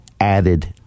added